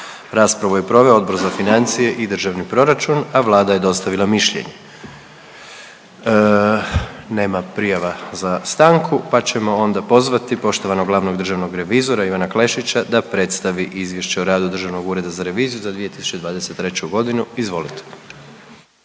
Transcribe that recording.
Raspravu je proveo Odbor za financije i državni proračun, a Vlada je dostavila mišljenje. Nema prijava za stanku pa ćemo onda pozvati poštovanog glavnog državnog revizora Ivana Klešića da predstavi izvješće o radu Državnog ureda za reviziju za 2023. godinu. Izvolite.